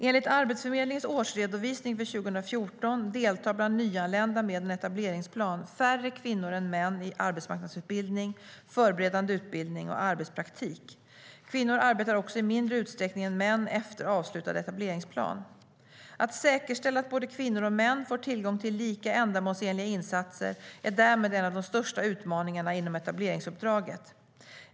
Enligt Arbetsförmedlingens årsredovisning för 2014 deltar bland nyanlända med en etableringsplan färre kvinnor än män i arbetsmarknadsutbildning, förberedande utbildning och arbetspraktik. Kvinnor arbetar också i mindre utsträckning än män efter avslutad etableringsplan. Att säkerställa att både kvinnor och män får tillgång till lika ändamålsenliga insatser är därmed en av de största utmaningarna inom etableringsuppdraget.